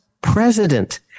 president